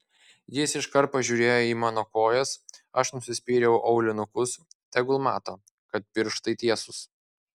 jis iškart pažiūrėjo į mano kojas aš nusispyriau aulinukus tegul mato kad pirštai tiesūs